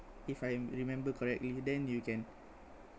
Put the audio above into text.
if I remember correctly then you can